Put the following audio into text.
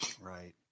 Right